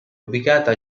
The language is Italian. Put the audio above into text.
ubicata